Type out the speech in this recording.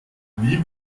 wie